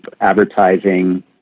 advertising